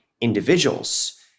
individuals